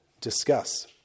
discuss